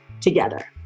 together